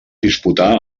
disputà